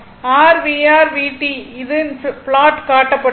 r vt vt இன் plot காட்டப்பட்டுள்ளது